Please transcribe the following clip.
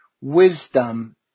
Wisdom